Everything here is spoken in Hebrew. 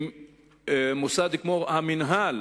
שאם מוסד כמו המינהל